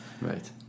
Right